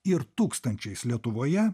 ir tūkstančiais lietuvoje